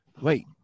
Wait